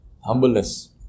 humbleness